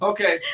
Okay